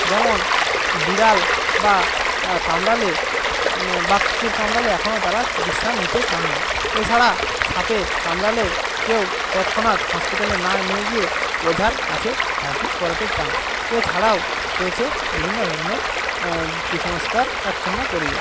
যেমন বিড়াল বা কামড়ালে বা কুকুর কামড়ালে এখনও তারা চিকিৎসা নিতে চান না এছাড়া সাপে কামড়ালেও কেউ তৎক্ষণাৎ হসপিটালে না নিয়ে গিয়ে ওঝার কাছে ঝাড়ফুঁক করাতে চান এছাড়াও রয়েছে বিভিন্ন ধরনের কুসংস্কার আচ্ছন্ন পরিবেশ